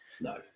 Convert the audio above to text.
No